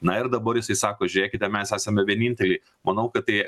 na ir dabar jisai sako žiūrėkite mes esame vieninteliai manau kad tai